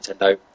Nintendo